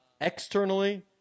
externally